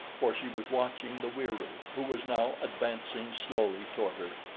for she was watching the wieroo, who was now advancing slowly toward her,